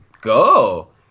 go